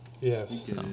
yes